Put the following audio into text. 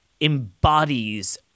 embodies